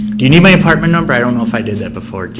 do you need my apartment number, i don't know if i did that before?